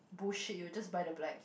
bullshit you just buy the black